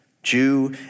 Jew